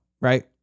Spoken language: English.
right